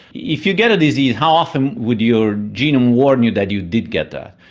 if you get a disease how often would your genome warn you that you did get that?